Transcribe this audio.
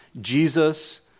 Jesus